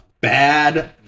bad